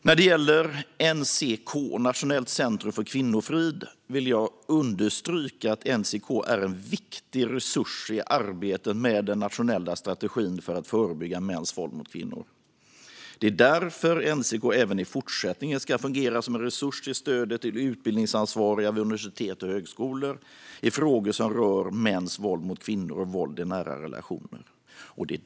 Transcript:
När det gäller NCK, Nationellt centrum för kvinnofrid, vill jag understryka att NCK är en viktig resurs i arbetet med den nationella strategin för att förebygga mäns våld mot kvinnor. Det är därför NCK även i fortsättningen ska fungera som en resurs i stödet till utbildningsansvariga vid universitet och högskolor i frågor som rör mäns våld mot kvinnor och våld i nära relationer.